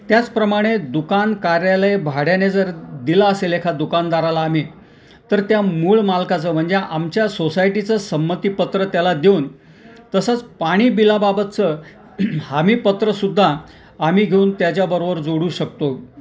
त्याचप्रमाणे दुकान कार्यालय भाड्याने जर दिलं असेल एखाद्या दुकानदाराला आम्ही तर त्या मूळ मालकाचं म्हणजे आमच्या सोसायटीचं संमतीपत्र त्याला देऊन तसंच पाणी बिलाबाबतचं हमीपत्रसुदा आम्ही घेऊ त्याच्याबरोबर जोडू शकतो